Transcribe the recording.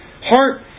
heart